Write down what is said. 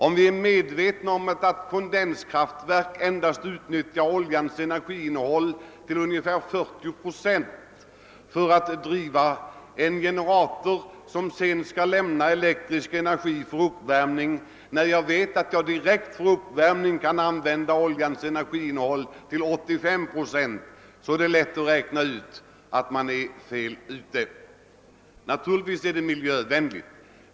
Om vi är medvetna om att ett kondenskraftverk endast utnyttjar oljans energiinnehåll till ungefär 40 procent för att driva en generator, som sedan skall lämna elektrisk energi för uppvärmning, och vet att man direkt för uppvärmning kan använda oljans energiinnehåll till 85 procent, är det lätt att räkna ut att man är inne på fel väg. Naturligtvis är det miljövänligt.